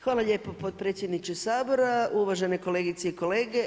Hvala lijepa potpredsjedniče Sabora, uvažene kolegice i kolege.